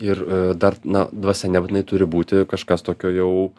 ir dar na dvasia nebūtinai turi būti kažkas tokio jau